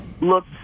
look